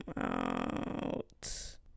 out